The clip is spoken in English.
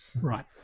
Right